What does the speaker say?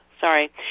Sorry